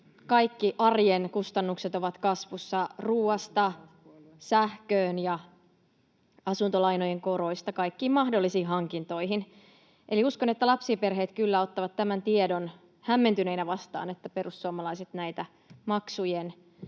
kaikki arjen kustannukset ovat kasvussa ruoasta sähköön ja asuntolainojen koroista kaikkiin mahdollisiin hankintoihin. Eli uskon, että lapsiperheet kyllä ottavat hämmentyneinä vastaan tämän tiedon, että perussuomalaiset näitä maksujen